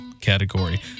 category